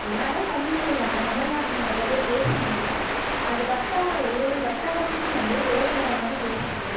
என்னாதான் தமிழ்மொழி நம்ம தமிழ்நாட்டில் நிறைய பேர் பேசினாலும் அது வட்டாரம் ஒரு ஒரு வட்டாரத்துக்கும் வந்து வேறே வேறே மாதிரி பேசப்படுது